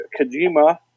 Kojima